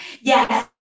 Yes